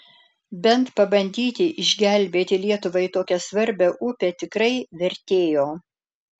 bent pabandyti išgelbėti lietuvai tokią svarbią upę tikrai vertėjo